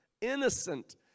innocent